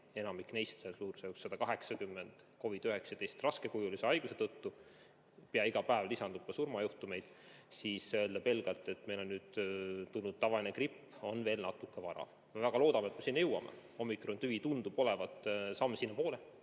enamik neist, 180, COVID‑19 raskekujulise haiguse tõttu ja pea iga päev lisandub ka surmajuhtumeid, öelda, et meil on tulnud tavaline gripp, on veel natuke vara. Me väga loodame, et me sinna jõuame. Omikrontüvi tundub olevat samm sinnapoole.